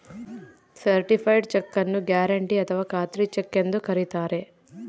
certified cheque ನ್ನು guarantee ಅಥಾವ ಖಾತ್ರಿ ಚೆಕ್ ಎಂದು ಕರಿತಾರೆ